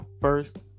first